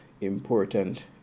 important